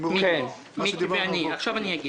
אני אסביר.